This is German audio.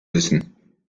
müssen